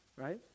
Right